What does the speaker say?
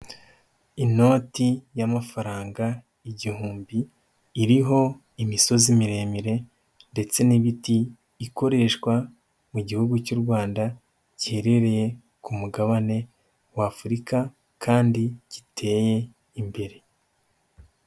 Inoti y'amafaranga igihumbi, iriho imisozi miremire ndetse n'ibiti, ikoreshwa mu gihugu cy'u Rwanda giherereye ku mugabane w' Afurika kandi giteye imbere.